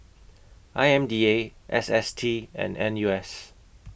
I M D A S S T and N U S